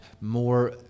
more